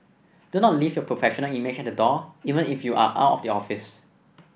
do not leave your professional image at the door even if you are out of the office